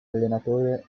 allenatore